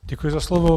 Děkuji za slovo.